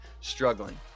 struggling